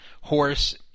horse